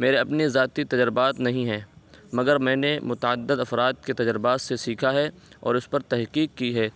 میرے اپنے ذاتی تجربات نہیں ہیں مگر میں نے متعدد افراد کے تجربات سے سیکھا ہے اور اس پر تحقیق کی ہے